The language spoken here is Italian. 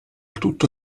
tutto